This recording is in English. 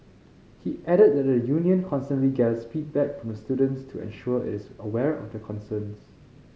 he added that the union constantly gathers feedback from the students to ensure it is aware of their concerns